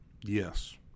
Yes